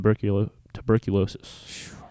tuberculosis